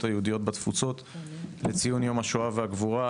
היהודיות בתפוצות לציון יום השואה והגבורה.